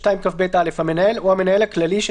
סעיף 22כב(א): "המנהל או המנהל הכללי של